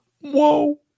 Whoa